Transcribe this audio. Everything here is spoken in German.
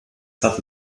hatte